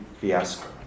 fiasco